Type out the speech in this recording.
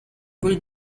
breed